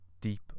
deep